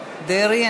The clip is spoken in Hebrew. דרעי.